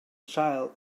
child